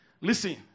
listen